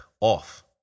off